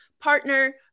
partner